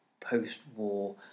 post-war